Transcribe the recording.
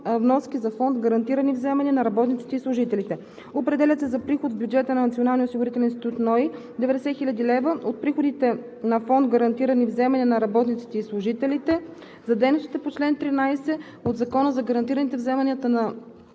вноски за фонд „Гарантирани вземания на работниците и служителите“. - определят се за приход в бюджета на Националния осигурителен институт (НОИ) 90 000 лв. от приходите на Фонд „Гарантирани вземания на работниците и служителите“ – за дейностите по чл. 13 от Закона за гарантираните вземания на